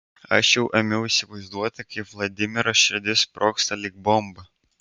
aš jau ėmiau įsivaizduoti kaip vladimiro širdis sprogsta lyg bomba